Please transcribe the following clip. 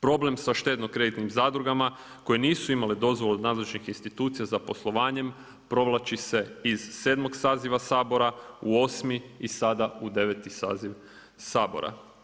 Problem sa štedno kreditnim zadrugama koje nisu imale dozvolu od nadležnih institucija za poslovanjem provlači se iz 7. saziva Sabora u 8. i sada u 9. saziv Sabora.